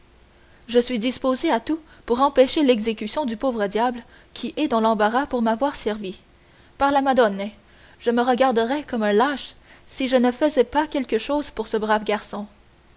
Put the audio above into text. je suis disposé à tout pour empêcher l'exécution du pauvre diable qui est dans l'embarras pour m'avoir servi par la madone je me regarderai comme un lâche si je ne faisais pas quelque chose pour ce brave garçon